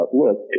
look